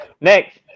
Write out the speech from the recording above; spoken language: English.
Next